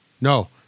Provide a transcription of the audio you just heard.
no